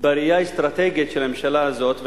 בראייה האסטרטגית של הממשלה הזאת,